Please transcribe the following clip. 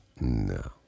no